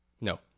no